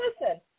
listen